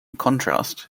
contrast